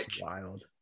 wild